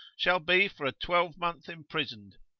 shall be for a twelvemonth imprisoned,